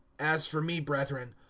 as for me, brethren,